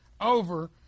over